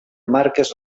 marques